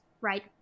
right